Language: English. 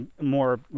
more